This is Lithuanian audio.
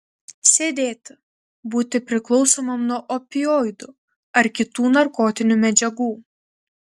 sėdėti būti priklausomam nuo opioidų ar kitų narkotinių medžiagų